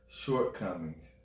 shortcomings